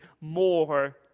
more